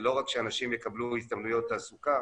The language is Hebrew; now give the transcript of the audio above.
זה לא רק שאנשים יקבלו הזדמנויות תעסוקה,